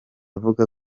avuga